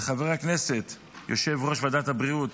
לחבר הכנסת יושב-ראש ועדת הבריאות